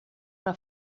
una